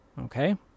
Okay